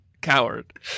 coward